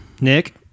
Nick